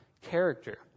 character